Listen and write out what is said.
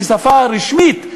כשפה הרשמית,